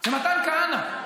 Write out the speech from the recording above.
זה מתן כהנא,